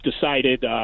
decided